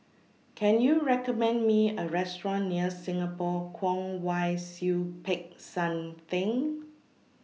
Can YOU recommend Me A Restaurant near Singapore Kwong Wai Siew Peck San Theng